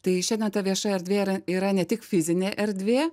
tai šiandien ta vieša erdvė yra yra ne tik fizinė erdvė